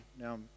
Now